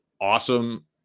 awesome